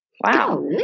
Wow